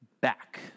back